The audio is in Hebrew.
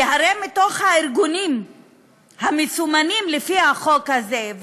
כי הרי מתוך הארגונים המסומנים לפי החוק הזה,